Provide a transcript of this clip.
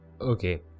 Okay